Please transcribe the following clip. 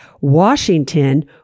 Washington